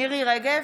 מירי מרים רגב,